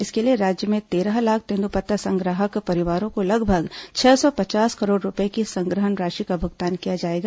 इसके लिए राज्य में तेरह लाख तेन्दूपत्ता संग्राहक परिवारों को लगभग छह सौ पचास करोड़ रूपए की संग्रहण राशि का भुगतान किया जाएगा